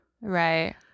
Right